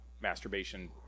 masturbation